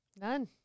None